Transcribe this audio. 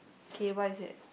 okay what is it